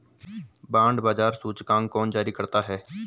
Bond बाजार सूचकांक कौन जारी करता है?